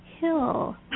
Hill